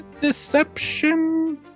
deception